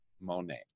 Monet